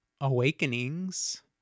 awakenings